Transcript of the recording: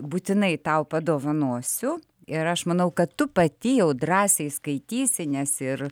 būtinai tau padovanosiu ir aš manau kad tu pati jau drąsiai skaitysi nes ir